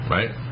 Right